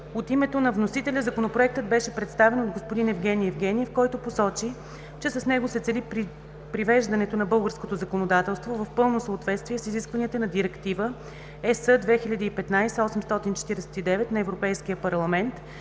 От името на вносителя Законопроектът беше представен от господин Евгени Евгениев, който посочи, че с него се цели привеждането на българското законодателство в пълно съответствие с изискванията на Директива (ЕС) 2015/849 на Европейския парламент